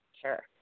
Sure